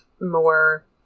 more